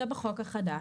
זה בחוק החדש.